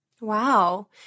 Wow